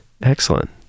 Excellent